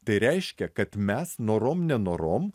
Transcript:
tai reiškia kad mes norom nenorom